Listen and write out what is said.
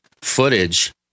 footage